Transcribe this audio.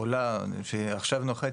בעולה שעכשיו נוחתת,